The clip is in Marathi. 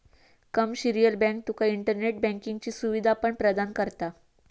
कमर्शियल बँक तुका इंटरनेट बँकिंगची सुवीधा पण प्रदान करता